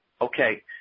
Okay